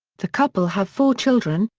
the couple have four children,